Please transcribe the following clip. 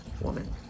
woman